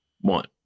One